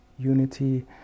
Unity